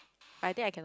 I think I cannot